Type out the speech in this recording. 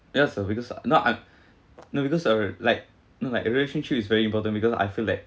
ya so because no I'm no because a like no relationship is very important because I feel that